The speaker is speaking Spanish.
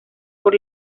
por